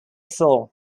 full